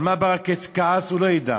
על מה ברכה כעס, הוא לא ידע.